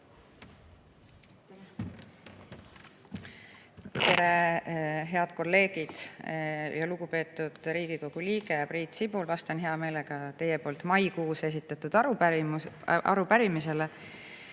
Tere, head kolleegid! Lugupeetud Riigikogu liige Priit Sibul! Vastan hea meelega teie poolt maikuus esitatud arupärimisele